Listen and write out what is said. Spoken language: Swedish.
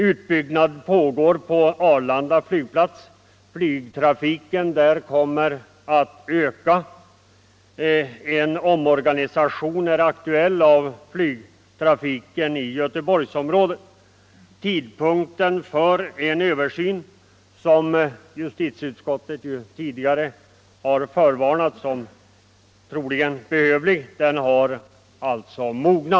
Utbyggnad pågår på Arlanda flygplats — flygtrafiken där kommer att öka. En omorganisation är aktuell av flygtrafiken i Göteborgsområdet. Frågan om tidpunkten för en översyn, som justitieutskottet tidigare förvarnat om och förklarat troligen vara behövlig, har alltså mognat.